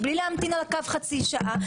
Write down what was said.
בלי להמתין על הקו חצי שעה,